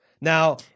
Now